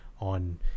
on